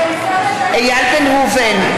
איל בן ראובן,